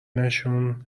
نشون